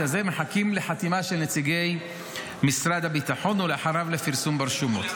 מחכים לחתימה של נציגי משרד הביטחון ולאחריה לפרסום ברשומות.